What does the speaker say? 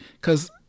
cause